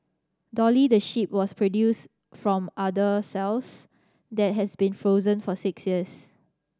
Dolly the sheep was produced from udder cells that had been frozen for six years